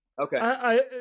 Okay